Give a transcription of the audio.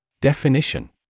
Definition